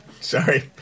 Sorry